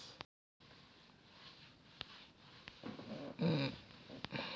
मी बराच टाईमले Google pay वरथून पैसा टाकस